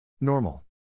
Normal